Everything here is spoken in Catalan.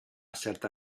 certa